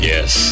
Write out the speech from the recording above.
Yes